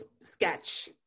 sketch